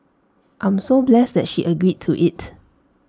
I'm so blessed that she agreed to IT